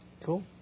Cool